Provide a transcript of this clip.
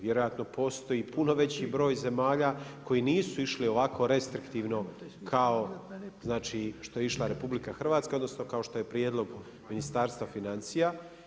Vjerojatno postoji puno veći broj zemalja koji nisu išli ovako restriktivno kao znači što je išla RH, odnosno kao što je prijedlog Ministarstva financija.